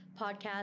podcast